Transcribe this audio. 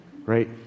right